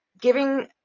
giving